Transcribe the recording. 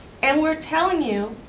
and we're telling you,